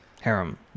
harem